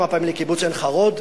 כי באתי כמה פעמים לקיבוץ עין-חרוד,